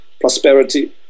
prosperity